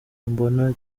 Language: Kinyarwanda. mbona